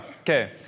okay